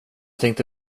tänkte